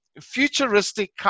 futuristic